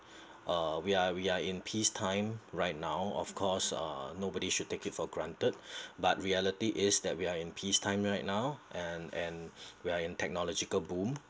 uh we're we're in peace time right now of course uh nobody should take it for granted but reality is that we are in peace time right now and and we are in technological boom